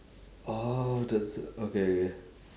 oh that's a okay okay